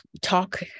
Talk